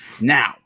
Now